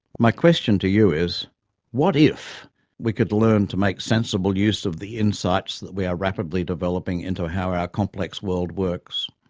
my question to you is what if we could learn to make sensible use of the insights that we are rapidly developing into how our complex world works?